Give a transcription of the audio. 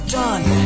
done